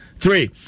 Three